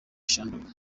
sundowns